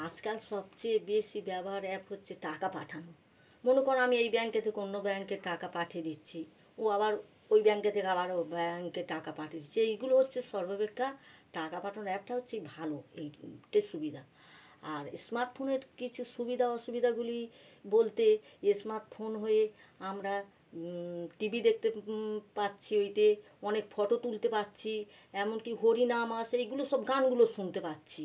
আজকাল সবচেয়ে বেশি ব্যবহার অ্যাপ হচ্ছে টাকা পাঠানো মনে করো আমি এই ব্যাঙ্কের থেকে অন্য ব্যাঙ্কে টাকা পাঠিয়ে দিচ্ছি ও আবার ওই ব্যাঙ্কের থেকে আবার ও ব্যাঙ্কে টাকা পাঠিয়ে দিচ্ছি তো এইগুলো হচ্ছে সর্বাপেক্ষ টাকা পাঠানোর অ্যাপটা হচ্ছে ভালো এইটে সুবিধা আর স্মার্টফোনের কিছু সুবিধা অসুবিধাগুলি বলতে স্মার্টফোন হয়ে আমরা টিভি দেখতে পাচ্ছি ওইতে অনেক ফটো তুলতে পাচ্ছি এমন কি হরিনাম আসে এগুলো সব গানগুলো শুনতে পাচ্ছি